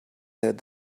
heard